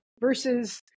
versus